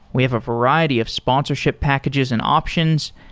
we have a variety of sponsorship packages and options.